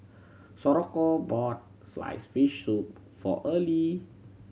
bought sliced fish soup for Early